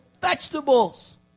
Vegetables